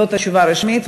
זאת התשובה הרשמית,